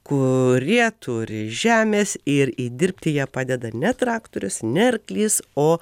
kurie turi žemės ir įdirbti ją padeda ne traktorius ne arklys o